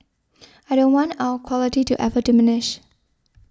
I don't want our quality to ever diminish